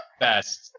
Best